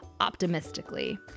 optimistically